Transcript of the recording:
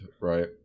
right